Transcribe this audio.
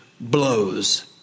blows